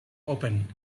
opened